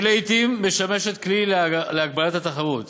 שלעתים משמשת כלי להגבלת התחרות